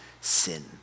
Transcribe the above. sin